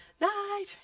Night